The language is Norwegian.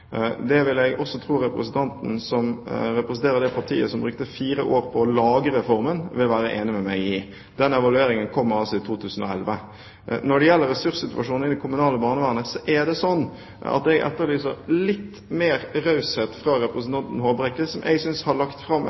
Det vil jeg også tro representanten som representerer det partiet som brukte fire år på å lage reformen, vil være enig med meg i. Den evalueringen kommer altså i 2011. Når det gjelder ressurssituasjonen i det kommunale barnevernet, etterlyser jeg litt mer raushet fra representanten Håbrekke, som jeg synes har lagt fram